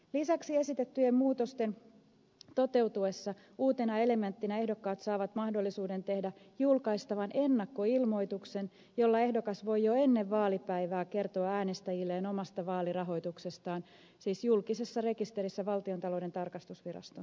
lisäksi esitettyjen muutosten toteutuessa uutena elementtinä ehdokkaat saavat mahdollisuuden tehdä julkaistavan ennakkoilmoituksen jolla ehdokas voi jo ennen vaalipäivää kertoa äänestäjilleen omasta vaalirahoituksestaan siis julkisessa rekisterissä valtiontalouden tarkastusviraston sivuilla